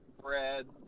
bread